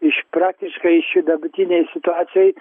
iš praktiškai ši dabartinėj situacijoj